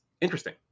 interesting